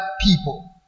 people